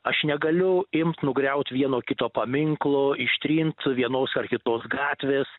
aš negaliu imt nugriaut vieno kito paminklo ištrint vienos ar kitos gatvės